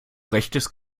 rechtes